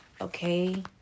Okay